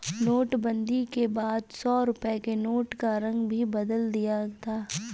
नोटबंदी के बाद सौ रुपए के नोट का रंग भी बदल दिया था